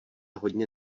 hodně